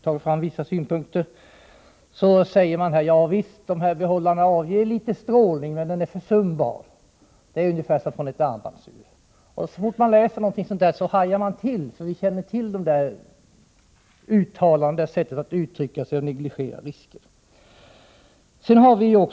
Han säger: Javisst, dessa behållare avger litet strålning, men den är försumbar — det är ungefär som från ett armbandsur. När man läser sådant hajar man till. Vi känner till sådana uttalanden och detta sätt att negligera det hela.